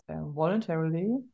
voluntarily